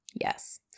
Yes